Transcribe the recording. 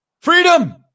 Freedom